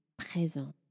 présent